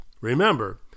Remember